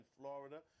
Florida